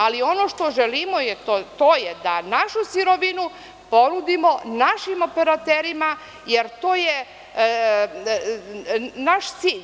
Ali, ono što želimo, to je da našu sirovinu ponudimo našim operaterima, jer to je naš cilj.